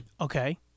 Okay